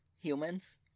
humans